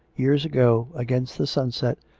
years ago, against the sunset,